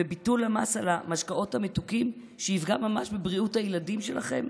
וביטול המס על המשקאות המתוקים יפגע ממש בבריאות הילדים שלכם.